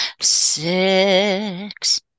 Six